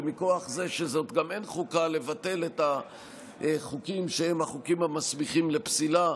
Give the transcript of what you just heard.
ומכוח זה שזאת גם אין-חוקה לבטל את החוקים שהם החוקים המסמיכים לפסילה,